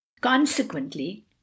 consequently